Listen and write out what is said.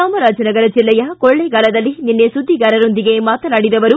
ಚಾಮರಾಜನಗರ ಜಿಲ್ಲೆಯ ಕೊಳ್ಳೇಗಾಲದಲ್ಲಿ ನಿನ್ನೆ ಸುದ್ದಿಗಾರರೊಂದಿಗೆ ಮಾತನಾಡಿದ ಅವರು